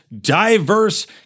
diverse